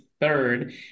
third